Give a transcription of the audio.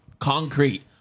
concrete